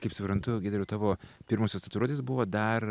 kaip suprantu giedriau tavo pirmosios tatuiruotės buvo dar